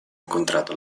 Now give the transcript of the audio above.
incontrato